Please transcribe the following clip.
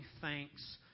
thanks